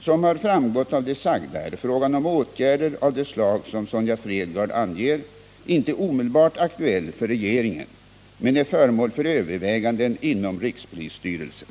Som har framgått av det sagda är frågan om åtgärder av det slag som Sonja Fredgardh anger inte omedelbart aktuell för regeringen men är föremål för överväganden inom rikspolisstyrelsen.